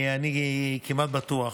אני כמעט בטוח